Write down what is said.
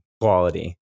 quality